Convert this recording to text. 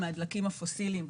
מהדלקים הפוסילים,